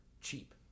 cheap